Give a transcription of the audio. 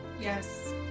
yes